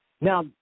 Now –